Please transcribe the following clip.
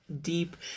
deep